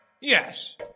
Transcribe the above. Yes